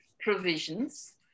provisions